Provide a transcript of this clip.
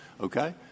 Okay